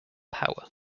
power